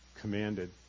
commanded